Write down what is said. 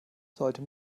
sollte